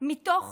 מתוך